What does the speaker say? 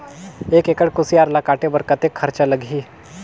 एक एकड़ कुसियार ल काटे बर कतेक खरचा लगही?